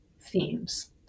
themes